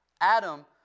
Adam